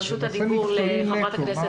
בהצלחה לחברת הכנסת